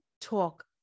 talk